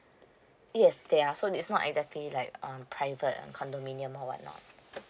yes they are so is not exactly like uh private and condominium or whatnot